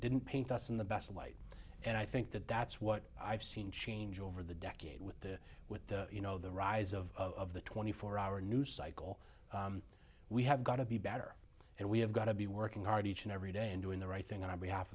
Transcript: didn't paint us in the best light and i think that that's what i've seen change over the decade with the with the you know the rise of the twenty four hour news cycle we have got to be better and we have got to be working hard each and every day and doing the right thing and i